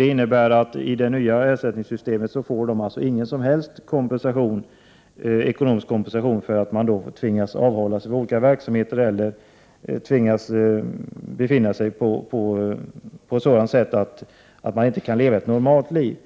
Enligt det nya ersättningssystemet får de alltså ingen som helst ekonomisk kompensation, om de tvingas avhålla sig från olika verksamheter eller tvingas befinna sig i en sådan situation att de inte kan leva ett normalt liv.